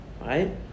right